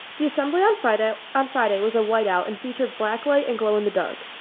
the assembly on friday on friday was a whiteout and featured black light and glow in the dark.